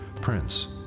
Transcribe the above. Prince